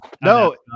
No